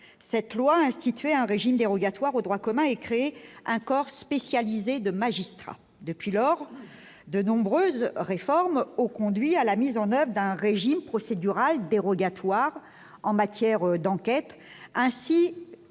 cette loi instituait un régime dérogatoire au droit commun et créer un corps spécialisé de magistrats depuis lors de nombreuses réformes au conduit à la mise en oeuvre d'un régime procédural dérogatoire en matière d'enquête